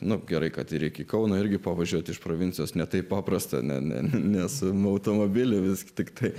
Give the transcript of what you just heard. na gerai kad ir iki kauno irgi pavažiuoti iš provincijos ne taip paprasta nes automobilį visgi tiktai